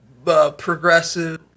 Progressive